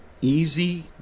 easy